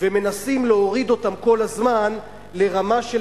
ומנסים להוריד אותם כל הזמן לרמה של